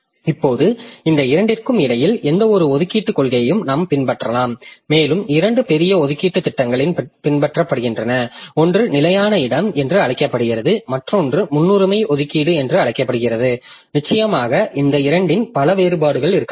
இப்போது இந்த இரண்டிற்கும் இடையில் எந்தவொரு ஒதுக்கீட்டுக் கொள்கையையும் நாம் பின்பற்றலாம் மேலும் இரண்டு பெரிய ஒதுக்கீடு திட்டங்கள் பின்பற்றப்படுகின்றன ஒன்று நிலையான இடம் என்று அழைக்கப்படுகிறது மற்றொன்று முன்னுரிமை ஒதுக்கீடு என்று அழைக்கப்படுகிறது நிச்சயமாக இந்த இரண்டின் பல வேறுபாடுகள் இருக்கலாம்